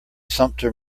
sumpter